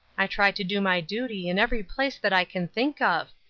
i try to do my duty in every place that i can think of.